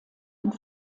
und